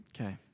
Okay